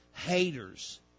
Haters